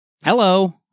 Hello